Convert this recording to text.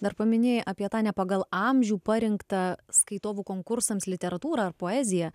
dar paminėjai apie tą ne pagal amžių parinktą skaitovų konkursams literatūrą ar poeziją